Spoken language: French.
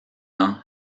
ans